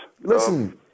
Listen